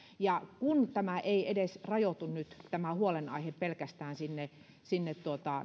tämä huolenaihe ei rajoitu nyt pelkästään